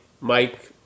Mike